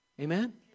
Amen